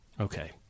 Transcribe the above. Okay